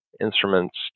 instruments